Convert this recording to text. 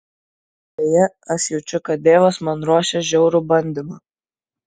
deja aš jaučiu kad dievas man ruošia žiaurų bandymą